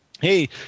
hey